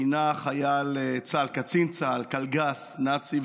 שכינה חייל צה"ל, קצין צה"ל, "קלגס נאצי".